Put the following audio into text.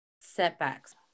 setbacks